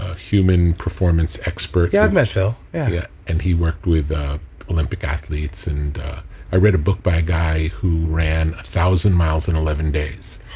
ah human performance expert yeah, i've met phil yeah yeah and he worked with olympic athletes. and i read a book by a guy who ran one thousand miles in eleven days.